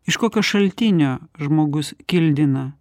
iš kokio šaltinio žmogus kildina